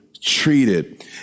treated